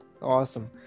awesome